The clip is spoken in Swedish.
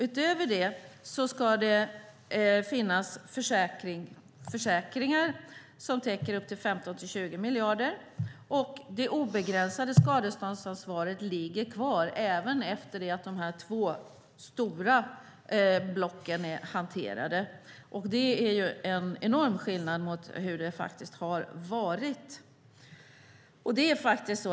Utöver det ska det finnas försäkringar som täcker upp till 15-20 miljarder, och det obegränsade skadeståndsansvaret ligger kvar även efter det att de här två stora blocken är hanterade. Det är en enorm skillnad mot hur det har varit.